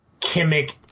Kimmich